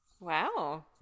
Wow